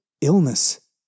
illness